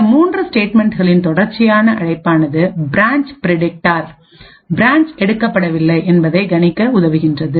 இந்த 3 ஸ்டேட்மெண்ட்களின் தொடர்ச்சியான அழைப்பானது பிரான்ச் பிரடிக்டார் பிரான்ச் எடுக்கப்படவில்லை என்பதனை கணிக்க உதவுகின்றது